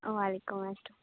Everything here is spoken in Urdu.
وعلیکم السّلام